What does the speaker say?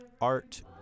art